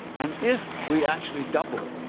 and if we actually double